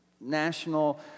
national